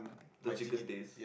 the chicken taste